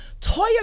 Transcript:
Toya